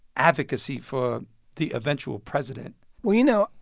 advocacy for the eventual president well, you know,